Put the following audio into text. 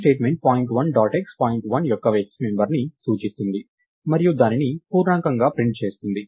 ఈ statement point 1 dot x point 1 యొక్క x మెంబర్ని సూచిస్తుంది మరియు దానిని పూర్ణాంకంగా ప్రింట్ చేస్తుంది